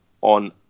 on